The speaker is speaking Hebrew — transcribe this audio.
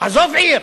עזוב עיר,